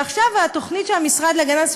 עכשיו, התוכנית האחרונה